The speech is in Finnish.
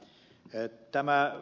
tämä ed